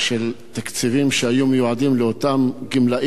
של תקציבים שהיו מיועדים לאותם גמלאים,